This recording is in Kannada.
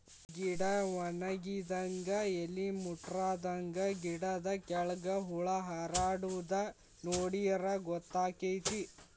ಗಿಡಾ ವನಗಿದಂಗ ಎಲಿ ಮುಟ್ರಾದಂಗ ಗಿಡದ ಕೆಳ್ಗ ಹುಳಾ ಹಾರಾಡುದ ನೋಡಿರ ಗೊತ್ತಕೈತಿ